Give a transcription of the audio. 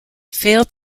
failed